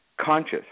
conscious